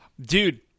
Dude